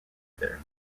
there